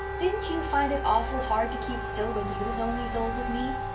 didn't you find it awful hard to keep still when you was only s old as me?